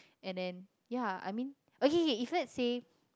and then ya I mean okay okay if let's say